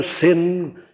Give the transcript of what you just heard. sin